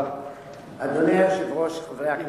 הרווחה,